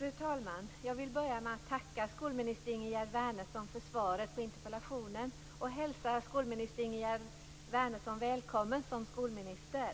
Herr talman! Jag vill börja med att tacka skolminister Ingegerd Wärnersson för svaret på interpellationen och hälsa Ingegerd Wärnersson välkommen som skolminister.